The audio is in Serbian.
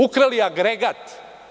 Ukrali agregat.